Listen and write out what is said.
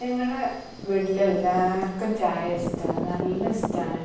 ഞങ്ങളെ വീട്ടിൽ എല്ലാവർക്കും ചായ ഇഷ്ടമാണ് നല്ല ഇഷ്ടമാണ്